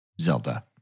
Zelda